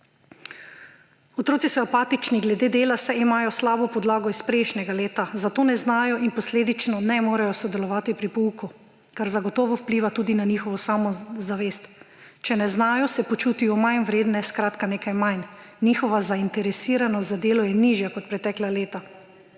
»Otroci so apatični glede dela, saj imajo slabo podlago iz prejšnjega leta, zato ne znajo in posledično ne morejo sodelovati pri pouku, kar zagotovo vpliva tudi na njihovo samozavest. Če ne znajo, se počutijo manjvredne; skratka, nekaj manj. Njihova zainteresiranost za delo je nižja kot pretekla leta.